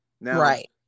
Right